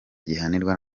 gihanwa